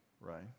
right